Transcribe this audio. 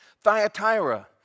Thyatira